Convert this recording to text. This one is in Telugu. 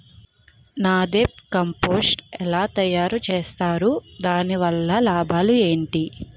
నదెప్ కంపోస్టు ఎలా తయారు చేస్తారు? దాని వల్ల లాభాలు ఏంటి?